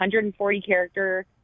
140-character